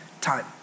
time